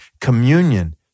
communion